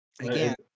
Again